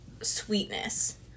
sweetness